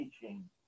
teaching